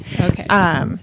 Okay